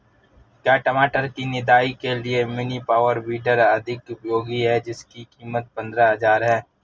क्या टमाटर की निदाई के लिए मिनी पावर वीडर अधिक उपयोगी है जिसकी कीमत पंद्रह हजार है?